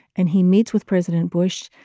and he meets with president bush.